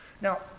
Now